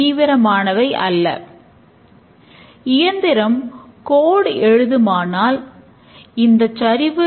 ஒவ்வொரு செயல்களும் பப்பிள்